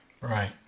Right